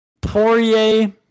Poirier